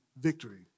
victory